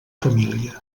família